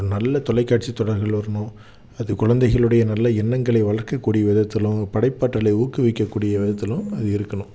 ஒரு நல்ல தொலைக்காட்சி தொடர்கள் வரணும் அது குழந்தைகளுடைய நல்ல எண்ணங்களை வளர்க்கக்கூடிய விதத்திலும் படைப்பாற்றலை ஊக்குவிக்கக்கூடிய விதத்திலும் அது இருக்கணும்